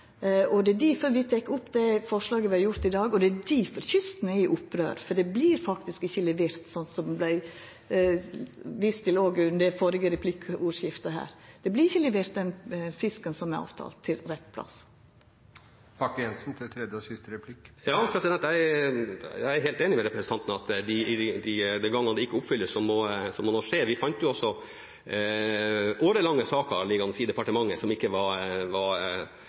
Det er difor vi fremjar forslaget i dag, og det er difor kysten er i opprør – for det vert faktisk ikkje levert, som det vart vist til òg under det førre replikkordskifte her. Det vert ikkje levert fisk som avtalt til den rette staden. Jeg er helt enig med representanten i at de gangene det ikke oppfylles, må noe skje. Vi fant jo saker som har ligget i departementet i årevis, som ikke var